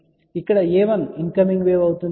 కాబట్టి ఇక్కడ a1 incoming wave అవుతుంది